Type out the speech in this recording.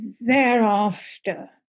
thereafter